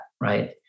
right